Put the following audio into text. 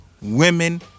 women